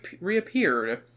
reappeared